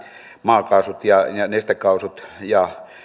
maakaasut ja ja nestekaasut ja